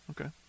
okay